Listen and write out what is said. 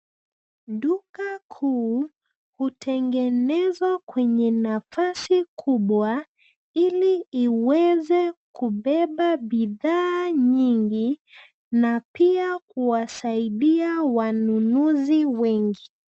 Duka kuu hutengenezwa kwenye nafasi kubwa ili iweze kubeba bidhaa nyingi na pia kuwasaidia wanunuzi wengi.